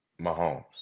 Mahomes